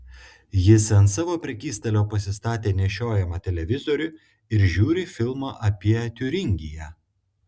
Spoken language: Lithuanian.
jis ant savo prekystalio pasistatė nešiojamą televizorių ir žiūri filmą apie tiuringiją